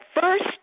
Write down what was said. first